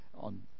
On